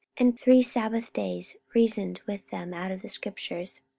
and three sabbath days reasoned with them out of the scriptures,